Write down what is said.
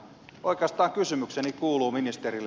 oikeastaan kysymykseni kuuluu ministerille